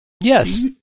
Yes